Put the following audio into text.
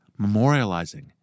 memorializing